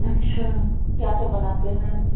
अच्छा क्या सब बनाते हैं